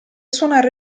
suonare